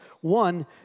one